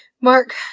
Mark